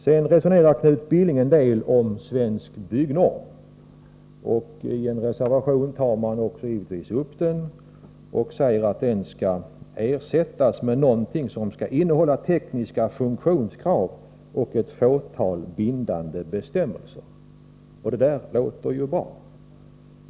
Sedan resonerade Knut Billing litet om Svensk Byggnorm. Givetvis tar man upp den frågan i en reservation. Man säger att Svensk Byggnorm skall ersättas med någonting annat, som innehåller tekniska funktionskrav och ett fåtal bindande bestämmelser. Det låter bra.